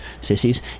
sissies